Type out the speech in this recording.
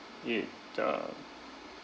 it uh